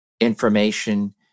information